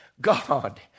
God